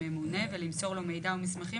היא בסופו של דבר הנקודה הכי חשובה.